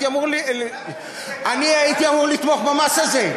הייתי אמור לתמוך במס הזה,